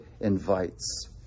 invites